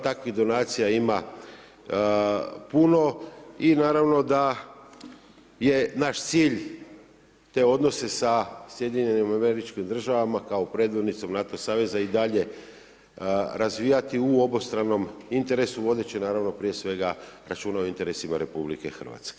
Takvih donacija ima puno i naravno da je naš cilj te odnose sa SAD-om kao predvodnicom NATO saveza i dalje razvijati u obostranom interesu vodeći naravno prije svega računa o interesima RH.